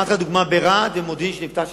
נתתי לך דוגמה של רהט ומודיעין, שם תמצא לשכה.